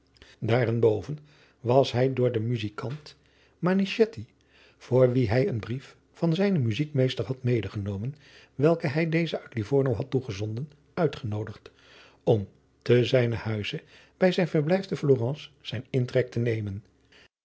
daarenboven was hij door den muzijkant manichetti voor wien hij een brief van adriaan loosjes pzn het leven van maurits lijnslager zijnen muzijkmeester had medegenomen welken hij dezen uit livorno had toegezonden uitgenoodigd om ten zijnen huize bij zijn verblijf te florence zijn intrek te nemen